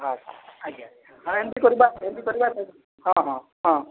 ଆଚ୍ଛା ଆଜ୍ଞା ମାନେ ଏମିତି କରିବା ହଁ ହଁ ହଁ